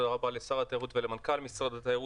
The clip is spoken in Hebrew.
תודה רבה לשר התיירות ולמנכ"ל משרד התיירות.